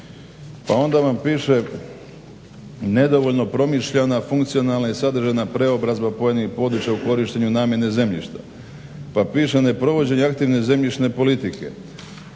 Pa onda vam piše, nedovoljno promišljena, funkcionalna i sadržajna preobrazba pojedinih područja u korištenju namjene zemljišta. pa piše, neprovođenje aktivne zemljišne politike,